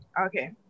Okay